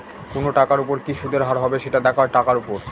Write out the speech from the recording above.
কোনো টাকার উপর কি সুদের হার হবে, সেটা দেখা হয় টাকার উপর